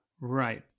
Right